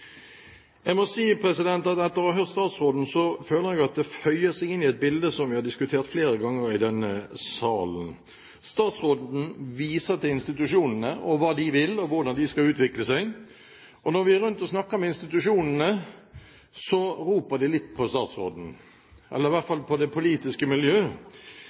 Jeg må si at etter å ha hørt statsråden føler jeg at dette føyer seg inn i et bilde som vi har diskutert flere ganger i denne salen. Statsråden viser til institusjonene og hva de vil, og hvordan de skal utvikle seg. Når vi er rundt og snakker med institusjonene, roper de litt på statsråden, eller i hvert fall på det politiske miljø,